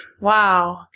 Wow